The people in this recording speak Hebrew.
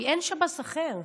כי אין שב"ס אחר.